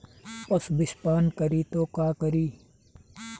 पशु विषपान करी त का करी?